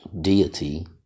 deity